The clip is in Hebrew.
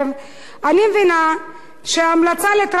אני מבינה שההמלצה לטרכטנברג צריכה